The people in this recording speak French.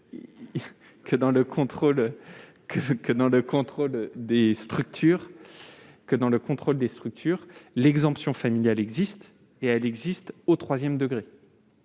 dans le contrôle des structures, l'exemption familiale existe d'ores et déjà, au troisième degré.